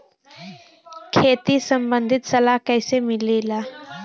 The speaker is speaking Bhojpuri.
खेती संबंधित सलाह कैसे मिलेला?